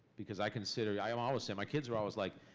because i consider. yeah i'm always saying. my kids are always like.